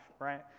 Right